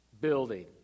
building